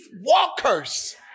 walkers